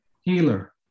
healer